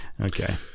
Okay